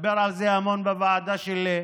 מדבר על זה המון בוועדה שלי.